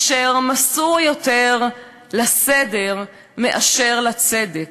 אשר מסור יותר לסדר מאשר לצדק,